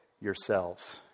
yourselves